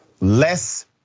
less